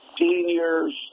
seniors